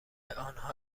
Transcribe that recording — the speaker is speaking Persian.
آنها